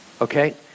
okay